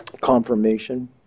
confirmation